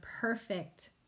perfect